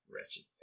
wretched